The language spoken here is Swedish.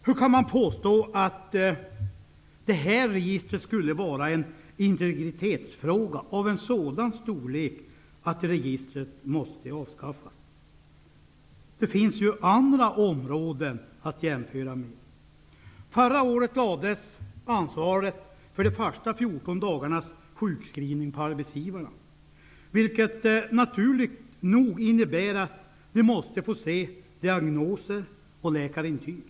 Hur kan man påstå att det här registret skulle vara en integritetsfråga av en sådan storlek att registret måste avskaffas? Det finns ju andra områden att jämföra med. Förra året lades ansvaret för de första fjorton dagarnas sjukskrivning på arbetsgivarna, vilket naturligt nog innebär att de måste få se diagnoser och läkarintyg.